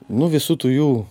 nuo visų tų jų